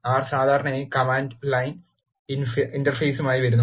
R സാധാരണയായി command line ഇന്റർഫേസുമായി വരുന്നു